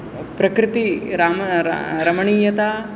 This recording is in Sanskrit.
प्रकृति राम रमणीयता